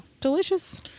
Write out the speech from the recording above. delicious